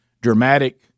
dramatic